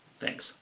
Thanks